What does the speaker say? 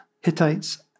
Hittites